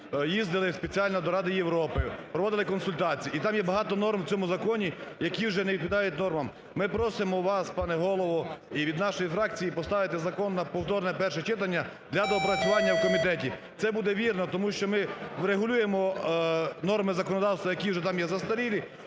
їздили спеціально до Ради Європи, проводили консультації, і там є багато норм у цьому законі, які вже не відповідають нормам. Ми просимо вам, пане Голово, і від нашої фракції поставити закон на повторне перше читання для доопрацювання в комітеті. Це буде вірно, тому що ми врегулюємо норми законодавства, які вже там є застарілі,